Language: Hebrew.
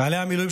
חיילי המילואים,